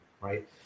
right